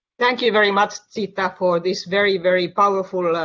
thank you very much zita for this very very powerful